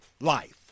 life